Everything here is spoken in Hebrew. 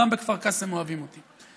גם בכפר קאסם אוהבים אותי.